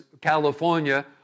California